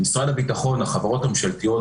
במשרד הביטחון החברות הממשלתיות,